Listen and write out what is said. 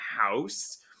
house